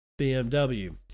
BMW